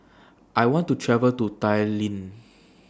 I want to travel to Tallinn